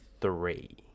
three